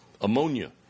Ammonia